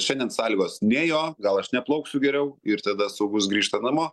šiandien sąlygos nėjo gal aš neplauksiu geriau ir tada saugūs grįžta namo